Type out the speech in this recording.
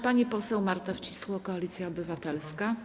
Pani poseł Marta Wcisło, Koalicja Obywatelska.